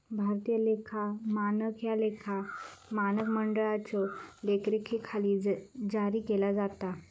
भारतीय लेखा मानक ह्या लेखा मानक मंडळाच्यो देखरेखीखाली जारी केला जाता